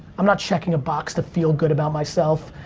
i'm not checking a box to feel good about myself,